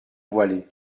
voilée